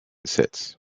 sits